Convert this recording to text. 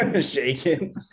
shaking